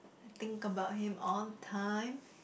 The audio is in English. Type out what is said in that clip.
I think about him all the time